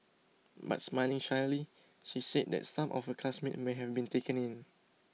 but smiling shyly she said that some of her classmates may have been taken in